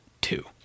two